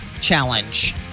challenge